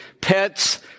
pets